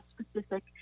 specific